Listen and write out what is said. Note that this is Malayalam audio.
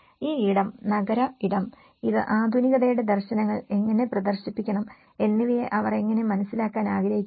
ഈ ഇടം നഗര ഇടം അത് ആധുനികതയുടെ ദർശനങ്ങൾ എങ്ങനെ പ്രദർശിപ്പിക്കണം എന്നിവയെ അവർ എങ്ങനെ മനസ്സിലാക്കാൻ ആഗ്രഹിക്കുന്നു